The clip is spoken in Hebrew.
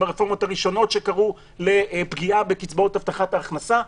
ברפורמות הראשונות שקראו לפגיעה בקצבאות הבטחת ההכנסה.